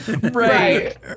Right